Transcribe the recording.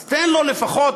אז תן לו לפחות,